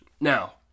now